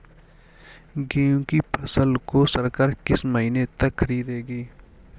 गेहूँ की फसल को सरकार किस महीने तक खरीदेगी?